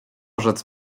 rzec